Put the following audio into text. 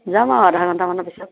যাম আৰু আধা ঘণ্টামান পিছত